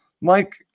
Mike